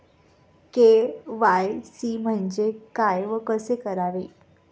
KYC म्हणजे काय व कसे करावे?